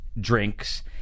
drinks